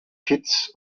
kitts